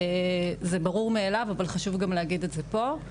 זה ברור מאליו, אבל חשוב גם להגיד את זה פה.